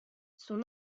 son